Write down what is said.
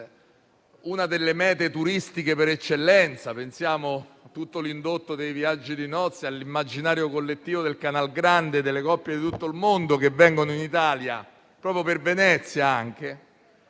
una delle mete turistiche per eccellenza: pensiamo a tutto l'indotto dei viaggi di nozze, all'immaginario collettivo del Canal Grande e delle coppie di tutto il mondo che vengono in Italia anche per Venezia.